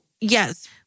Yes